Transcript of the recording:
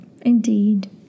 Indeed